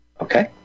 Okay